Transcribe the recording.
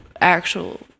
actual